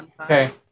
Okay